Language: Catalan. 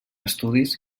estudis